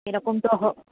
এরকম তো